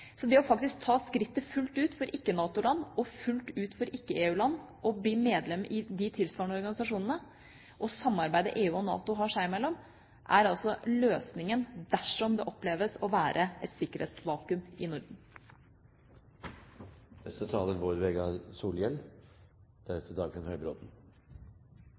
Så det at ikke-NATO-land og ikke-EU-land faktisk tar skrittet fullt ut og blir medlem i de tilsvarende organisasjonene og deltar i samarbeidet som EU og NATO har seg imellom, er altså løsningen dersom det oppleves å være et sikkerhetsvakuum i Norden.